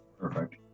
Perfect